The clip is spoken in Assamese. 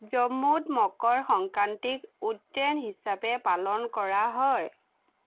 জম্মুত মকৰ সংক্ৰান্তিক 'উট্ৰেইন' হিচাপে পালন কৰা হয়